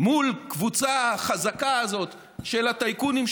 מול הקבוצה החזקה הזאת של הטייקונים,